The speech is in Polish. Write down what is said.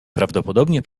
prawdopodobnie